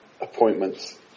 appointments